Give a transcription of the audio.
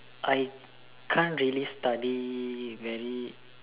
I can't really study very